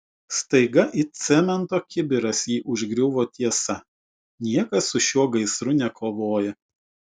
staiga it cemento kibiras jį užgriuvo tiesa niekas su šiuo gaisru nekovoja